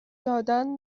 دادن